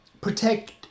protect